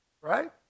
right